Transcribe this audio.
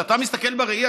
כשאתה מסתכל בראי,